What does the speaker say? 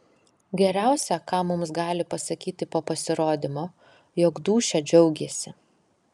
geriausia ką mums gali pasakyti po pasirodymo jog dūšia džiaugėsi